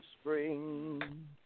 spring